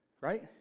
Right